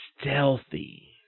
stealthy